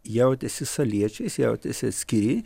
jautėsi saliečiais jautėsi atskiri